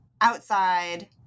outside